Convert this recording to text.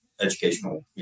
educational